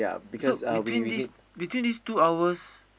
so between this between this two hours